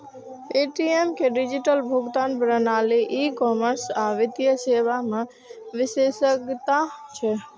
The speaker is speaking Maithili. पे.टी.एम के डिजिटल भुगतान प्रणाली, ई कॉमर्स आ वित्तीय सेवा मे विशेषज्ञता छै